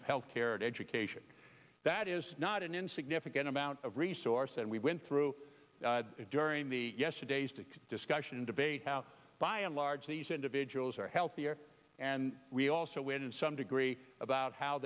of health care and education that is not an insignificant amount of resource and we went through during the yesterday's tax discussion debate how by and large these individuals are healthier and we also win some degree about how